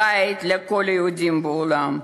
בית לכל היהודים בעולם.